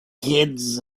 kids